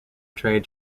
trade